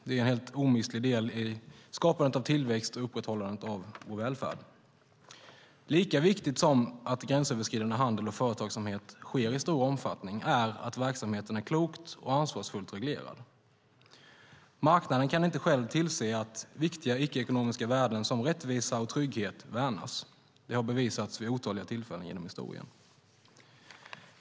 Det är en helt omistlig del i skapandet av tillväxt och upprätthållandet av vår välfärd. Lika viktigt som att gränsöverskridande handel och företagsamhet sker i stor omfattning är att verksamheten är klokt och ansvarsfullt reglerad. Marknaden kan inte själv tillse att viktiga icke-ekonomiska värden som rättvisa och trygghet värnas. Det har bevisats vid otaliga tillfällen genom historien.